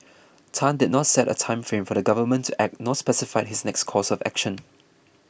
Tan did not set a time frame for the government to act nor specified his next course of action